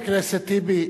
חבר הכנסת טיבי,